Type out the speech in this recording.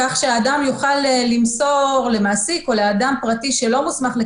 כך שאדם יוכל למסור למעסיק או לאדם פרטי שלא מוסמך בעצמו